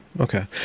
Okay